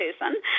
person